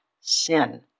sin